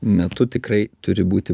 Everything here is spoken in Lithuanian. metu tikrai turi būti